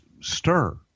stir